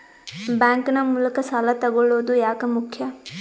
Bank ನ ಮೂಲಕ ಸಾಲ ತಗೊಳ್ಳೋದು ಯಾಕ ಮುಖ್ಯ?